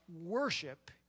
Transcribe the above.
worship